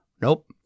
Nope